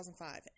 2005